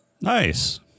Nice